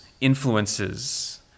influences